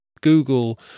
Google